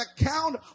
account